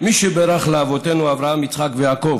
"מי שבירך לאבותינו אברהם יצחק ויעקב